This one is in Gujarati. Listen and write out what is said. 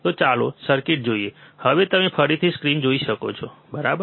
તો ચાલો સર્કિટ જોઈએ હવે તમે ફરીથી સ્ક્રીન જોઈ શકો છો બરાબર